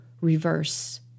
reverse